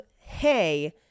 hey